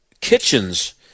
kitchens